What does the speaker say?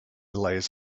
lays